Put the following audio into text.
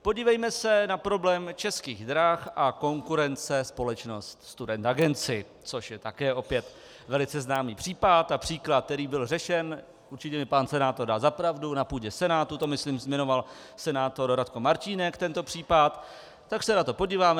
Podívejme se na problém Českých drah a konkurence společnost Student Agency, což je také opět velice známý případ a příklad, který byl řešen, určitě mi pan senátor dá za pravdu, na půdě Senátu myslím zmiňoval senátor Radko Martínek tento případ, tak se na to podíváme.